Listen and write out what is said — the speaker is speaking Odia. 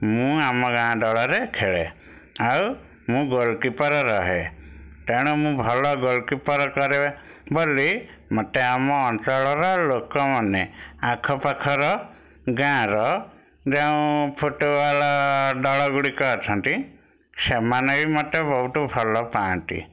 ମୁଁ ଆମ ଗାଁ ଦଳରେ ଖେଳେ ଆଉ ମୁଁ ଗୋଲକିପର ରହେ କାରଣ ମୁଁ ଭଲ ଗୋଲକିପର କରେ ବୋଲି ମୋତେ ଆମ ଅଞ୍ଚଳର ଲୋକମାନେ ଆଖ ପାଖର ଗାଁର ଯେଉଁ ଫୁଟବଲ ଦଳ ଗୁଡ଼ିକ ଅଛନ୍ତି ସେମାନେ ବି ମୋତେ ବହୁତ ଭଲପାଆନ୍ତି